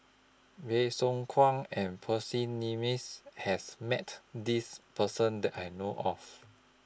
Bey Soo Khiang and Percy Mcneice has Met This Person that I know of